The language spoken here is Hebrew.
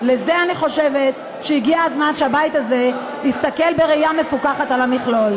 בזה אני חושבת שהגיע הזמן שהבית הזה יסתכל בראייה מפוכחת על המכלול.